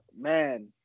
man